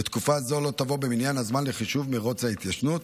ותקופה זו לא תבוא במניין הזמן לחישוב מרוץ ההתיישנות,